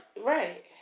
Right